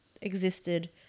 existed